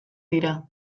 dira